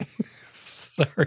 Sorry